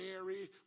Mary